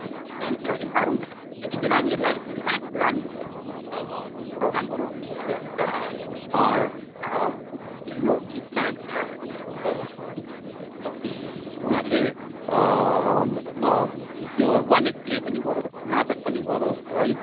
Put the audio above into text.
केही प्लानको लागि सारौँ न सर त्यही दिन चाहिँ नानीहरूलाई नाचगानको प्रोग्रामहरू विशेष गरेर है लोकगीतमा डान्स गरोस् है अनि उनीहरूले त्यो वान एक्ट प्ले पनि गरोस् नाटक पनि गरोस् है